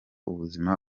ubuzima